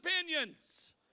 opinions